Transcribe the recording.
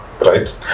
right